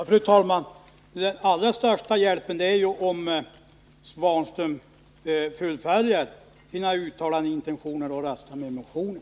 Fru talman! Den allra största hjälpen är ju om Ivan Svanström fullföljer sina uttalade intentioner och röstar för motionen.